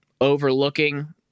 overlooking